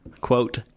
quote